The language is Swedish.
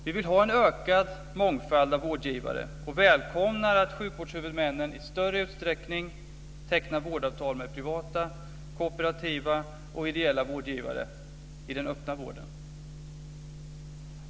Vi vill ha en ökad mångfald av vårdgivare och välkomnar att sjukvårdshuvudmännen i större utsträckning tecknar vårdavtal med privata, kooperativa och ideella vårdgivare i den öppna vården.